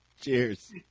Cheers